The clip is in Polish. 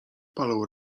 palą